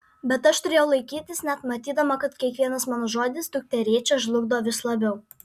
bet aš turėjau laikytis net matydama kad kiekvienas mano žodis dukterėčią žlugdo vis labiau